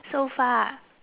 so far